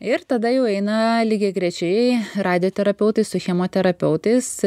ir tada jau eina lygiagrečiai radioterapeutai su chemoterapeutais